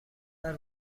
are